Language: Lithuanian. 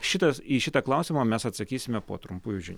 šitas į šitą klausimą mes atsakysime po trumpųjų žinių